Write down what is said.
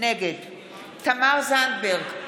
נגד תמר זנדברג,